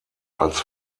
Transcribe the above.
als